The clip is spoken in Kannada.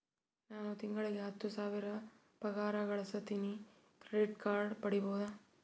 ನಾನು ತಿಂಗಳಿಗೆ ಹತ್ತು ಸಾವಿರ ಪಗಾರ ಗಳಸತಿನಿ ಕ್ರೆಡಿಟ್ ಕಾರ್ಡ್ ಪಡಿಬಹುದಾ?